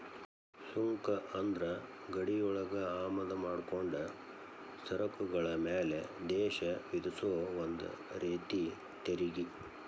ಸುಂಕ ಅಂದ್ರ ಗಡಿಯೊಳಗ ಆಮದ ಮಾಡ್ಕೊಂಡ ಸರಕುಗಳ ಮ್ಯಾಲೆ ದೇಶ ವಿಧಿಸೊ ಒಂದ ರೇತಿ ತೆರಿಗಿ